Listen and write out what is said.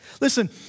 Listen